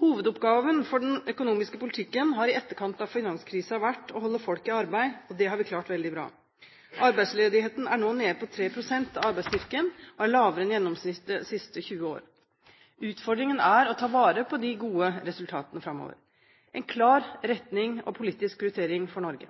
Hovedoppgaven for den økonomiske politikken har i etterkant av finanskrisen vært å holde folk i arbeid, og det har vi klart veldig bra. Arbeidsledigheten er nå nede på 3 pst. av arbeidsstyrken og er lavere enn gjennomsnittet de siste 20 år. Utfordringen er å ta vare på disse gode resultatene framover. En klar retning og politisk prioritering for Norge.